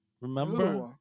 Remember